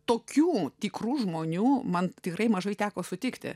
tokių tikrų žmonių man tikrai mažai teko sutikti